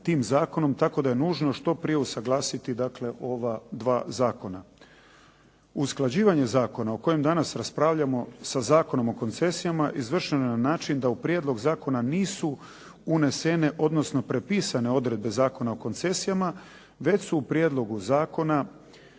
tim zakonom tako da je nužno što prije usuglasiti ova dva zakon. Usklađivanje zakona o kojem danas raspravljamo sa Zakonom o koncesijama izvršeno je na način da u prijedlog zakona nisu unesene, odnosno prepisane odredbe Zakona o koncesijama, već su u prijedlogu zakona